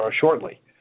shortly